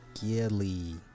Gilly